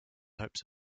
hopes